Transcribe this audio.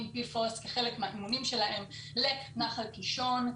PFOS כחלק מהאימונים שלהם לנחל קישון.